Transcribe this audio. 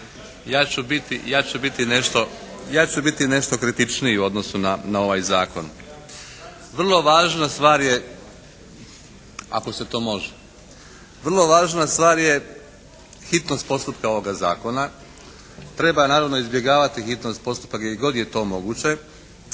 ja ću biti nešto kritičniji u odnosu na ovaj zakon, ako se to može. Vrlo važna stvar je hitnost postupka ovoga zakona. Treba naravno izbjegavati hitnost postupka gdje god je to moguće.